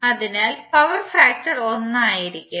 അതിനാൽ power factor 1 ആയിരിക്കും